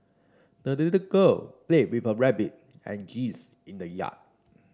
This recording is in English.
the little girl played with her rabbit and geese in the yard